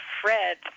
Fred